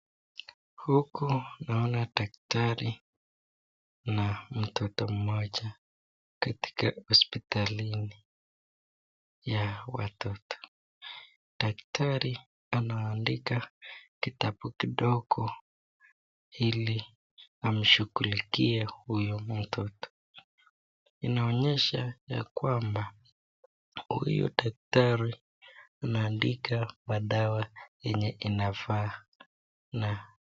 Huku naona daktari na mtoto mmoja katika hospitali hii ya watoto, daktari anaandika kitabu kidogo ili amshughulikie huyu mtoto, inaonyesha ya kwamba huyu daktari anaandika madawa yenye inafaa na.